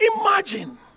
Imagine